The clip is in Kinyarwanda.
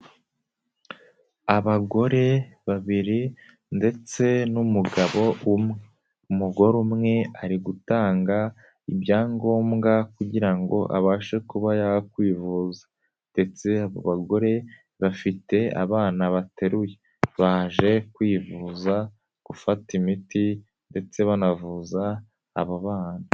Abagore babiri ndetse n'umugabo umwe, umugore umwe ari gutanga ibyangombwa kugira ngo abashe kuba yakwivuza ndetse abo bagore bafite abana bateruye baje kwivuza gufata imiti ndetse banavuza abo bana.